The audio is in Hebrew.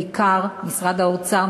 בעיקר משרד האוצר,